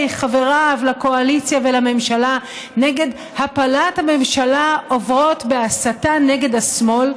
חבריו לקואליציה ולממשלה נגד הפלת הממשלה עוברות בהסתה נגד השמאל,